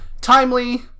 timely